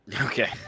okay